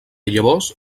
llavors